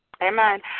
Amen